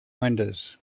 windows